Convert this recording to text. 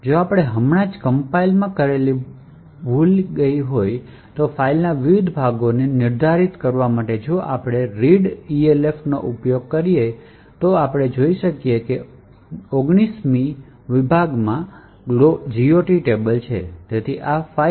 જો આપણે હમણાં જ કમ્પાઈલ કરેલી ભૂલાઈ ગયેલી ફાઇલના વિવિધ ભાગોને નિર્ધારિત કરવા માટે જો આપણે readelf નો ઉપયોગ કરીએ છીએ તો આપણે જોઈ શકીએ છીએ કે 19 મી વિભાગમાં GOT ટેબલ છે